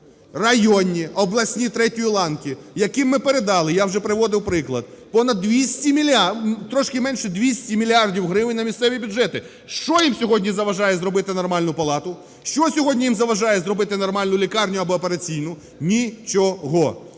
районні, обласні третьої ланки, яким ми передали, я вже приводив приклад, понад 200 … трошки менше 200 мільярдів гривень на місцеві бюджети. Що їм сьогодні заважає зробити нормальну палату, що сьогодні їм заважає зробити нормальну лікарню або операційну? Ні-чо-го!